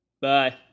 Bye